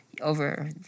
over